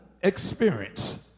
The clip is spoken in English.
experience